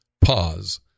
pause